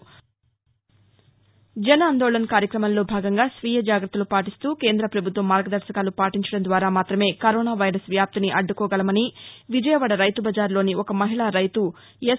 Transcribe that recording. జన్ అందోళన్ కార్యక్రమంలో భాగంగా స్వీయ జాగత్తలు పాటిస్తూ కేంద్ర ప్రభుత్వ మార్గదర్యకాలు పాటించడం ద్వారా మాత్రమే కరోనా వైరస్ వ్యాప్తిని అడ్టుకోగలమని విజయవాడ రైతు బజార్లోని ఒక మహిళా రైతు ఎస్